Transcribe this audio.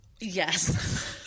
Yes